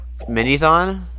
Minithon